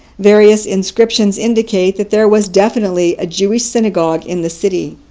various inscriptions indicate that there was definitely a jewish synagogue in the city.